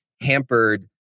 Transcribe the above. hampered